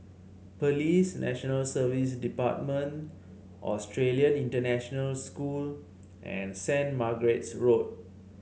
Police National Service Department Australian International School and Saint Margaret's Road